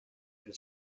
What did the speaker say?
and